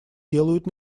делают